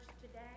today